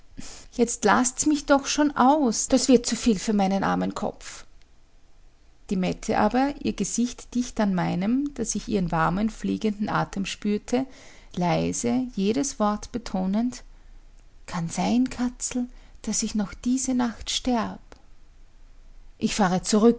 jetzt laßt's mich doch schon aus das wird zu viel für meinen armen kopf die mette aber ihr gesicht dicht an meinem daß ich ihren warmen fliegenden atem spürte leise jedes wort betonend kann sein katzel daß ich noch diese nacht sterb ich fahre zurück